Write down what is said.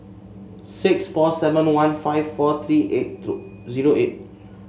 six four seven one five four three eight zero eight